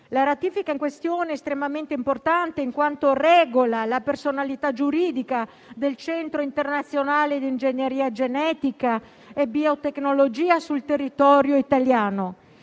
la ratifica in esame è estremamente importante in quanto regola la personalità giuridica del Centro internazionale di ingegneria genetica e biotecnologia sul territorio italiano.